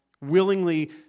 willingly